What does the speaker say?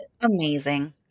amazing